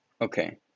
Okay